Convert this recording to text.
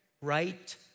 right